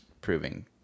proving